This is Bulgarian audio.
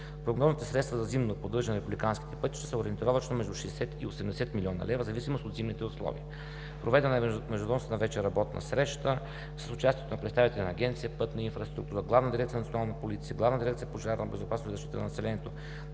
Прогнозните средства за зимно поддържане на републиканските пътища са ориентировъчно между 60 и 80 млн. лв. в зависимост от зимните условия. Проведена е междуведомствена работна среща с участието на представители на Агенция „Пътна инфраструктура“, Главна дирекция „Национална полиция“, Главна дирекция „Пожарна безопасност и защита на населението“,